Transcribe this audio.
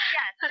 yes